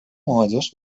молодежь